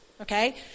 okay